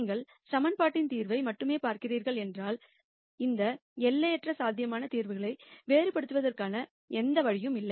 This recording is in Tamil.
நீங்கள் ஈகிவேஷன் தீர்வை மட்டுமே பார்க்கிறீர்கள் என்றால் இந்த இன்பிநெட் பசிபிள் தீர்வுகளை வேறுபடுத்துவதற்கு எந்த வழியும் இல்லை